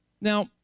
Now